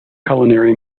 culinary